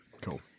Cool